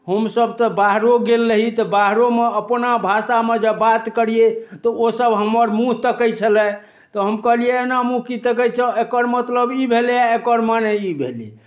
हमसभ तऽ बाहरो गेल रही तऽ बाहरोमे जे अपना भाषामे बात करियै तऽ ओसभ हमर मूँह तकैत छलय तऽ हम कहलियै एना मूँह की तकैत छह एकर मतलब ई भेलै आ एकर मने ई भेलै